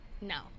no